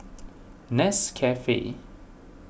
Nescafe